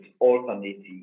alternatives